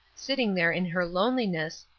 sitting there in her loneliness,